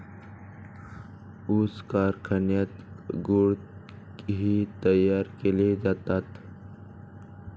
ऊस कारखान्यात गुळ ही तयार केले जातात